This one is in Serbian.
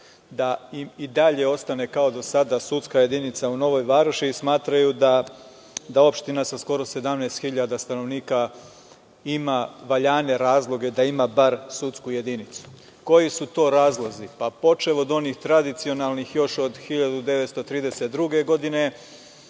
da im i dalje ostane kao i do sada sudska jedinica u Novoj Varoši i smatraju da opština sa skoro 17.000 stanovnika ima valjane razloge da ima bar sudsku jedinicu. Koji su to razlozi? Počev od onih tradicionalnih još od 1932. godine.